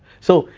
so,